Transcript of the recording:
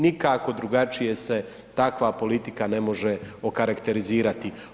Nikako drugačije se takva politika ne može okarakterizirati.